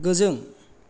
गोजौ